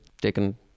taken